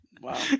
Wow